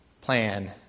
plan